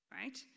Right